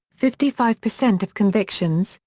fifty five percent of convictions,